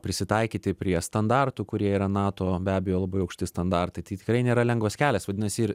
prisitaikyti prie standartų kurie yra nato be abejo labai aukšti standartai tai tikrai nėra lengvas kelias vadinasi ir